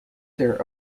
their